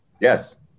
Yes